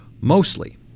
mostly